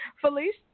Felice